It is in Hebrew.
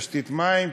תשתית מים,